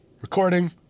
recording